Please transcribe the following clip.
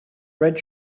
red